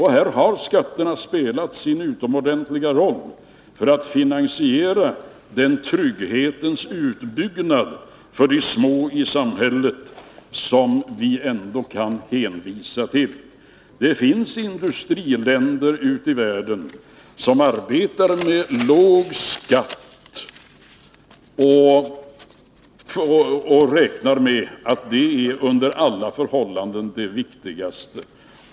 Här har skatterna spelat sin utomordentliga roll för att finansiera trygghetens utbyggnad för de små i samhället, som vi kan hänvisa till. Det finns industriländer ute i världen som arbetar med låg skatt och räknar med att det under alla förhållanden är det viktigaste.